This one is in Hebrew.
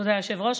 תודה, היושב-ראש.